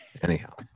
anyhow